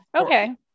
okay